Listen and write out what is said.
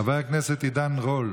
חבר הכנסת עידן רול,